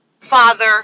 father